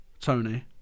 Tony